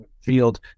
field